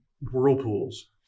whirlpools